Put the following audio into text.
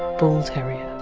bull terrier.